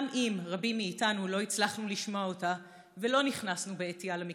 גם אם רבים מאיתנו לא הצלחנו לשמוע אותה ולא נכנסנו בעטייה למקלטים.